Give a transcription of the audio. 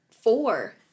four